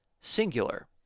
singular